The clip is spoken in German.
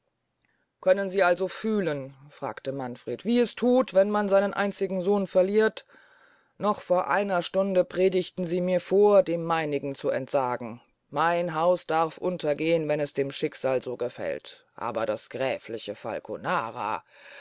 können sie also fühlen fragte manfred wie es thut wenn man seinen einzigen sohn verliert noch vor einer stunde predigten sie mir vor dem meinigen zu entsagen mein haus darf untergehn wenn es dem schicksal so gefällt aber das gräfliche falconara